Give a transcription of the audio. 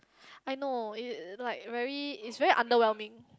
I know it like very it's very underwhelming